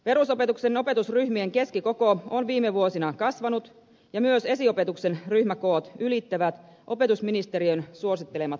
perusopetuksen opetusryhmien keskikoko on viime vuosina kasvanut ja myös esiopetuksen ryhmäkoot ylittävät opetusministeriön suosittelemat mitoitukset